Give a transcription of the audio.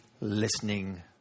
listening